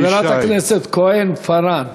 חברת הכנסת כהן-פארן.